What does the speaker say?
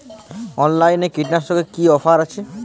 অনলাইনে কীটনাশকে কি অফার আছে?